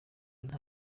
nta